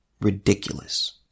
ridiculous